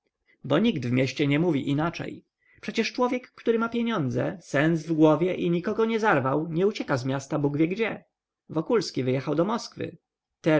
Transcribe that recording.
bo nikt w mieście nie mówi inaczej przecież człowiek który ma pieniądze sens w głowie i nikogo nie zarwał nie ucieka z miasta bóg wie gdzie wokulski wyjechał do moskwy